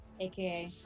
AKA